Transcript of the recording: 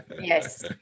Yes